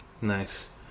Nice